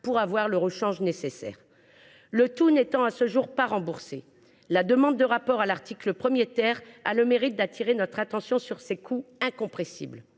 pour disposer des rechanges nécessaires, le tout n’étant, à ce jour, pas remboursé. La demande de rapport formulée à l’article 1 a le mérite d’attirer notre attention sur ces coûts incompressibles.